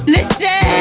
Listen